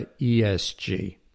ESG